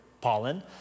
pollen